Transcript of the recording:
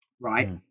right